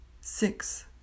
six